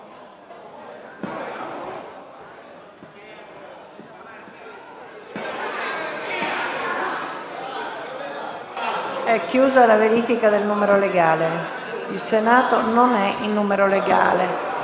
*(Segue la verifica del numero legale)*. Il Senato non è in numero legale.